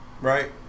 Right